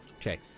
Okay